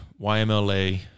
YMLA